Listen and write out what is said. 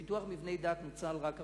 שמתקציב פיתוח מבני דת נוצלו רק 43%?